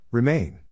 Remain